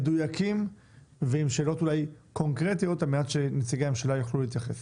מדויקים ועם שאלות קונקרטיות על מנת שנציגי הממשלה יוכלו להתייחס.